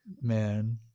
Man